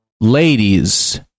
Ladies